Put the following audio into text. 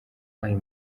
aya